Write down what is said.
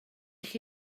chi